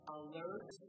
alert